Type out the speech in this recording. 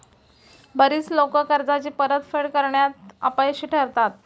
बरीच लोकं कर्जाची परतफेड करण्यात अपयशी ठरतात